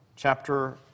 Chapter